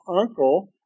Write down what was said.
uncle